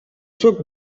took